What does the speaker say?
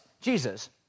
Jesus